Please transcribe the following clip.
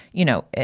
you know,